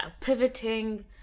pivoting